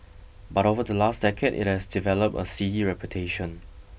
but over the last decade it has developed a seedy reputation